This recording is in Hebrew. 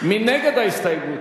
מי נגד ההסתייגות?